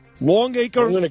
Longacre